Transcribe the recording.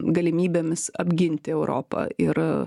galimybėmis apginti europą ir